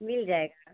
मिल जाएगा